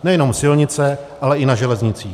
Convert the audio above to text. Nejenom silnice, ale i na železnicích.